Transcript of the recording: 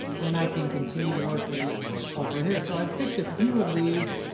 and i can continue working over here, so i've picked a few of these.